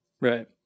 Right